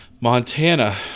Montana